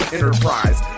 Enterprise